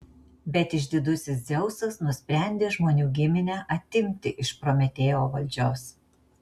bet išdidusis dzeusas nusprendė žmonių giminę atimti iš prometėjo valdžios